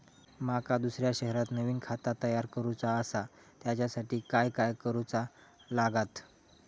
माका दुसऱ्या शहरात नवीन खाता तयार करूचा असा त्याच्यासाठी काय काय करू चा लागात?